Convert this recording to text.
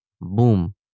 boom